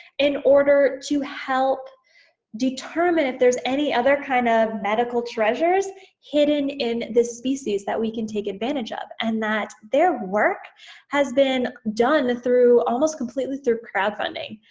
in order to help determine if there's any other kind of medical treasures hidden in the species that we can take advantage of, and that their work has been done through, almost complete through crowdfunding.